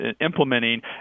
implementing